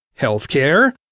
healthcare